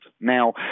now